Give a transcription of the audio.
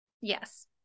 Yes